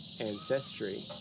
ancestry